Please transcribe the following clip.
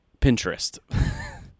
Pinterest